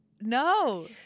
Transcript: No